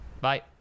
bye